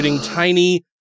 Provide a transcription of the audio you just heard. tiny